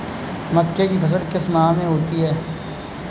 मक्के की फसल किस माह में होती है?